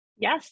Yes